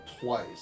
twice